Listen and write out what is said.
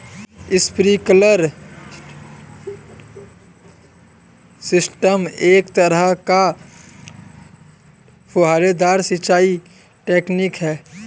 sprinkler system एक तरह का फुहारेदार सिंचाई तकनीक है